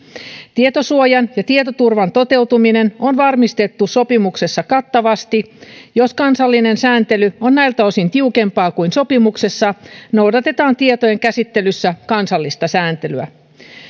tietosuojan ja tietoturvan toteutuminen on varmistettu sopimuksessa kattavasti jos kansallinen sääntely on näiltä osin tiukempaa kuin sopimuksessa noudatetaan tietojen käsittelyssä kansallista sääntelyä